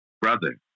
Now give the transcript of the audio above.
brother